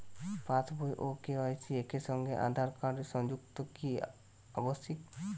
পাশ বই ও কে.ওয়াই.সি একই সঙ্গে আঁধার কার্ড সংযুক্ত কি আবশিক?